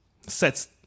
sets